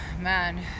man